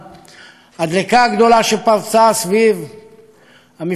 הדלקה הגדולה שפרצה סביב המפעלים שם,